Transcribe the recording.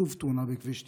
שוב תאונה בכביש 90,